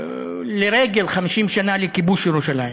לרגל 50 שנה לכיבוש ירושלים.